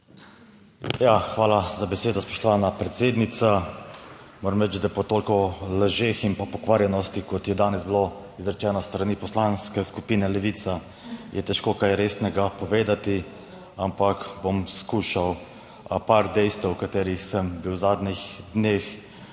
Ja, hvala za besedo, spoštovana predsednica. Moram reči, da po toliko lažeh in pokvarjenosti, kot je danes bilo izrečeno s strani Poslanske skupine Levica, je težko kaj resnega povedati, ampak bom skušal par dejstev, o katerih sem bil v zadnjih dneh